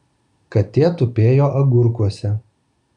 katė tupėjo agurkuose